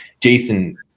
Jason